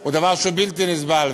הוא דבר שהוא בלתי נסבל.